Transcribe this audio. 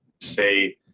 say